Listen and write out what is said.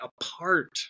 apart